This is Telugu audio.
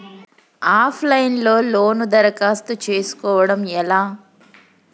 ఆఫ్ లైన్ లో లోను దరఖాస్తు చేసుకోవడం ఎలా?